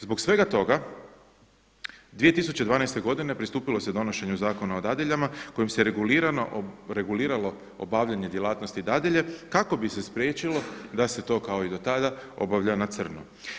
Zbog svega toga, 2012. godine pristupilo se donošenju Zakona o dadiljama kojim se reguliralo obavljanje djelatnosti dadilje kako bi se spriječilo da se to kao i do tada obavlja na crno.